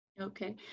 Okay